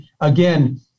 again